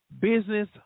business